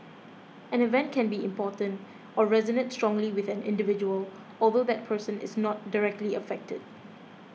an event can be important or resonate strongly with an individual although that person is not directly affected